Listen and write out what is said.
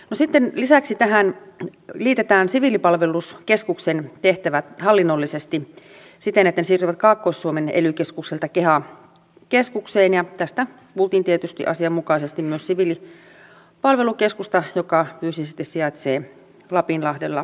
no sitten lisäksi tähän liitetään siviilipalveluskeskuksen tehtävät hallinnollisesti siten että ne siirtyvät kaakkois suomen ely keskukselta keha keskukseen ja tästä kuultiin tietysti asianmukaisesti myös siviilipalvelukeskusta joka fyysisesti sijaitsee lapinlahdella